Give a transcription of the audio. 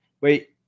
wait